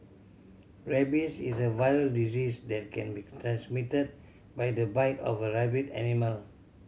rabies is a viral disease that can be transmitted by the bite of a rabid animal